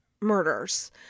murders